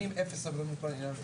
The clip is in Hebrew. אני עם אפס סובלנות לעניין הזה.